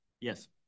Yes